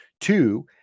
Two